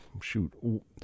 shoot